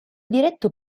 diretto